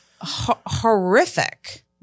Horrific